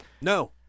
no